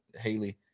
Haley